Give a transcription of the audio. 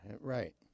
right